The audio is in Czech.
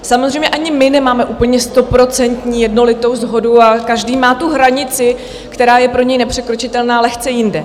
Samozřejmě ani my nemáme úplně stoprocentní jednolitou shodu a každý má tu hranici, která je pro něj nepřekročitelná, lehce jinde.